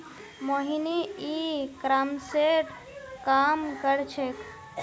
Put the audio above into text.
मोहिनी ई कॉमर्सेर काम कर छेक्